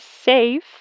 safe